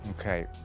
Okay